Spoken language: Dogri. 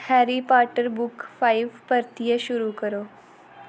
हैरी पाटर बुक़ फाइव परतियै शुरू करो